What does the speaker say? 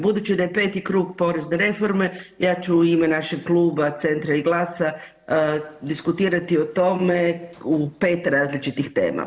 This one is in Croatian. Budući da je 5. krug porezne reforme, ja ću u ime našeg Kluba Centra i GLAS-a diskutirati o tome u 5 različitih tema.